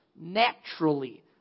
naturally